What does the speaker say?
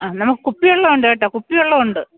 ആ നമുക്ക് കുപ്പിവെള്ളം ഉണ്ട് കേട്ടോ കുപ്പിവെള്ളം ഉണ്ട്